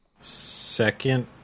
second